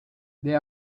they